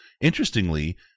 Interestingly